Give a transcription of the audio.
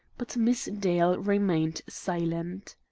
but miss dale remained silent.